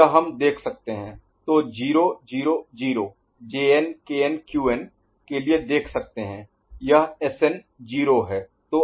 यह हम देख सकते हैं तो 0 0 0 Jn Kn Qn के लिए देख सकते हैं यह Sn 0 है